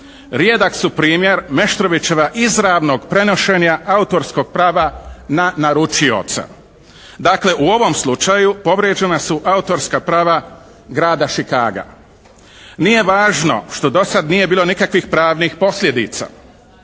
rijedak su primjer Meštrovićeva izravnog prenošenja autorskog prava na naručioca. Dakle u ovom slučaju povrijeđena su autorska prava grada Čikaga. Nije važno što do sada nije bilo nikakvih pravnih posljedica.